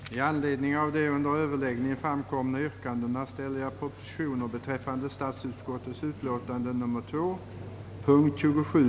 Herr talman! Gentemot det sista som justitieministern här sade skulle jag bara vilja fråga: Varför bygger man då polishus på orter, där man planerar dra in polisen?